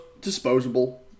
disposable